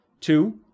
Two